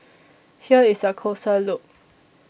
here is a closer look